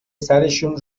سرشون